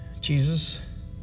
Jesus